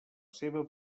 seva